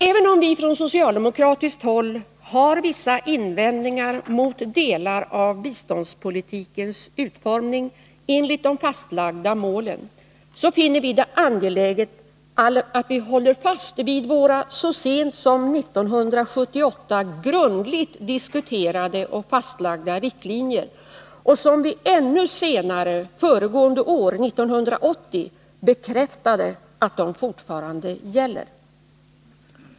Även om vi från socialdemokratiskt håll har vissa invändningar mot delar av biståndspolitikens utformning enligt de fastlagda målen, finner vi det angeläget att vi håller fast vid våra så sent som 1978 grundligt diskuterade och fastlagda riktlinjer och som vi ännu senare — nämligen 1980 — bekräftade att de fortfarande gällde.